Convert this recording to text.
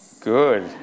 Good